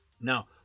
Now